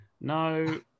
no